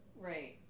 Right